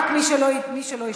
רק מי שלא השתתף.